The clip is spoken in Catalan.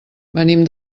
venim